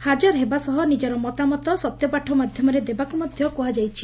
ହାଜର ହେବା ସହ ନିଜର ମତାମତ ସତ୍ୟପାଠ ମାଧ୍ଧମରେ ଦେବାକୁ ମଧ୍ଧ କୁହାଯାଇଛି